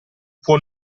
può